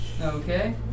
Okay